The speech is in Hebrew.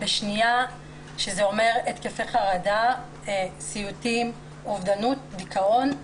זה אומר התקפי חרדה, סיוטים, אובדנות, דיכאון.